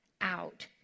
out